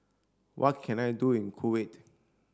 what can I do in Kuwait